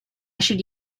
should